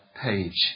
page